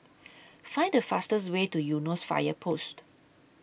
Find The fastest Way to Eunos Fire Post